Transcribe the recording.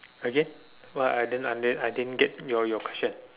again what I didn't I didn't I didn't get your your question